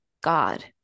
God